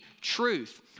truth